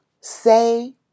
say